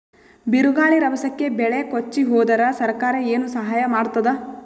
ಬಿರುಗಾಳಿ ರಭಸಕ್ಕೆ ಬೆಳೆ ಕೊಚ್ಚಿಹೋದರ ಸರಕಾರ ಏನು ಸಹಾಯ ಮಾಡತ್ತದ?